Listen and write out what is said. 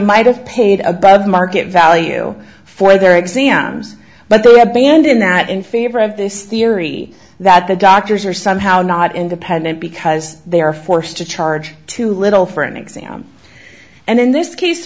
might have paid above market value for their exams but the abandon that in favor of this theory that the doctors are somehow not independent because they are forced to charge too little for an exam and in this case